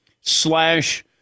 slash